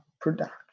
production